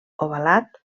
ovalat